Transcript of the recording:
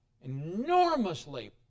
enormously